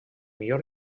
millor